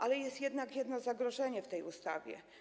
Ale jest jednak jedno zagrożenie w tej ustawie.